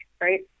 right